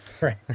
Right